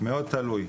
מאוד תלוי.